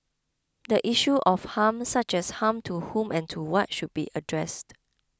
the issue of harm such as harm to whom and to what should be addressed